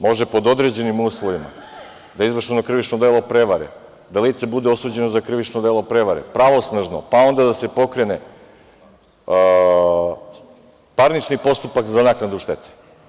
Može pod određenim uslovima, da je izvršeno krivično delo prevare, da lice bude osuđeno za krivično delo prevare, pravosnažno, pa onda da se pokrene parnični postupak za naknadu štete.